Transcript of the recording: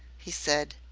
he said.